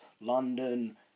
London